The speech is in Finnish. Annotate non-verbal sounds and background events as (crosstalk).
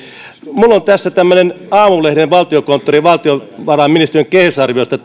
minulla on tässä tämmöinen aamulehden valtiokonttorin ja valtiovarainministeriön kehitysarviosta (unintelligible)